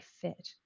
fit